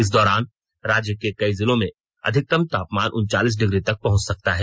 इस दौरान राज्य के कई जिलों में अधिकतम तापमान उनचालीस डिग्री तक पहुंच सकता है